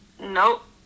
Nope